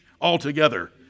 altogether